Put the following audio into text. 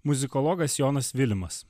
muzikologas jonas vilimas